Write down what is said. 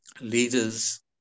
Leaders